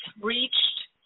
reached